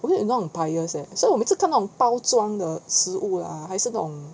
我有那种 bias leh 所以每次我看到那种包装的食物 lah 还是那种